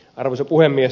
arvoisa puhemies